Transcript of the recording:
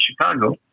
Chicago